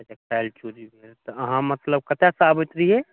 काल्हि चोरी भेल तऽ अहाँ मतलब कतय सॅं आबैत रहियै